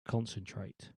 concentrate